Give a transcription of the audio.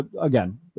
again